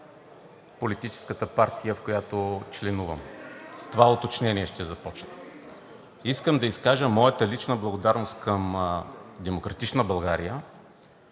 политическата партия, в която членувам. С това уточнение ще започна. Искам да изкажа моята лична благодарност към „Демократична България“,